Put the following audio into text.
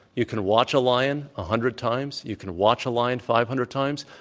you can watch a lion a hundred times. you can watch a lion five hundred times.